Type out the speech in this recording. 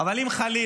אבל אם חלילה